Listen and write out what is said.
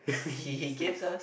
he he gave some